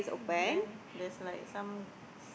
then there's like some